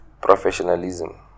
professionalism